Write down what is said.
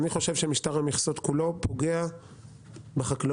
משטר המכסות כולו פוגע בחקלאות,